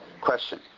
Question